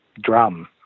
drum